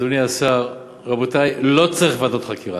אדוני השר, רבותי, לא צריך ועדות חקירה,